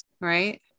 right